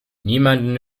niemanden